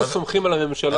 אנחנו סומכים על הממשלה,